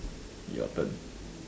your turn